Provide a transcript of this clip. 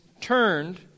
turned